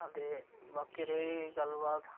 दे बाकी रेही गल्लबात